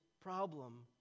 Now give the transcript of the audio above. problem